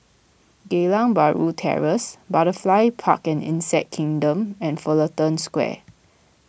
Geylang Bahru Terrace Butterfly Park and Insect Kingdom and Fullerton Square